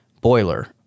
boiler